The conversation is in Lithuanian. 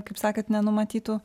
kaip sakant nenumatytų